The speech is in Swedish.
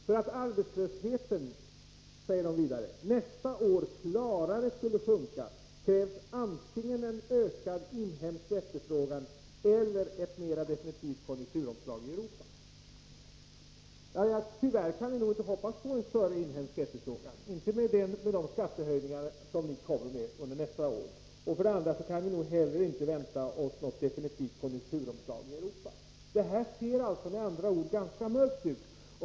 För att arbetslösheten, säger man vidare, nästa år klarare skulle sjunka krävs antingen en ökad inhemsk efterfrågan eller ett mera definitivt konjunkturomslag i Europa. Tyvärr kan vi nog inte hoppas på en större inhemsk efterfrågan, inte efter de skattehöjningar som socialdemokraterna kommer med under nästa år. Vidare kan vi nog inte heller vänta oss någon definitiv konjunkturuppgång i Europa. Det ser med andra ord ganska mörkt ut.